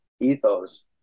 ethos